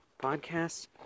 podcasts